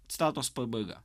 citatos pabaiga